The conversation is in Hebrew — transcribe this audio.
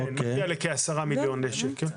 זה מגיע לכ-10 מיליון שקל.